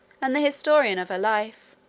and the historian of her life.